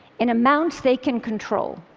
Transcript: in amounts they can control.